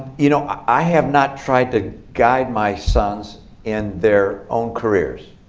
you know, i have not tried to guide my sons in their own careers.